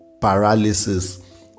paralysis